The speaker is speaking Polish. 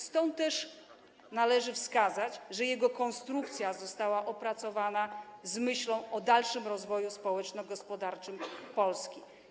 Stąd też należy wskazać, że jego konstrukcja została opracowana z myślą o dalszym rozwoju społeczno-gospodarczym Polski.